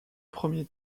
premier